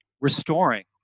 restoring